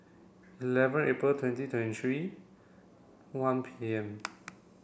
eleven April twenty twenty three one P M